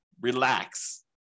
Relax